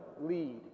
lead